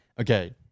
okay